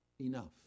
enough